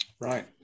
Right